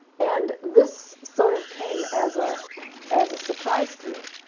and this sort of came as ah as a surprise to me.